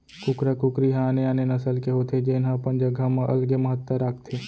कुकरा कुकरी ह आने आने नसल के होथे जेन ह अपन जघा म अलगे महत्ता राखथे